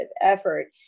effort